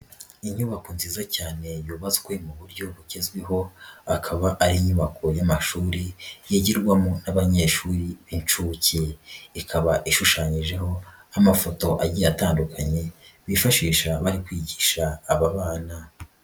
Inyubako nziza cyane yubatswe mu buryo bugezweho, akaba ari inyubako y'amashuri yigirwamo n'abanyeshuri b'inshuke, ikaba ishushanyijeho amafoto agiye atandukanye bifashisha bari kwigisha aba bana.